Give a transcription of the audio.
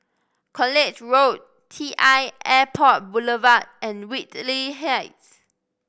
College Road T I Airport Boulevard and Whitley Heights